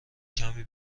کمی